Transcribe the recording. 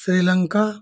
Sri Lanka